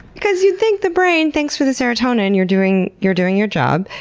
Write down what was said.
because you'd think the brain thanks for the serotonin, you're doing your doing your job,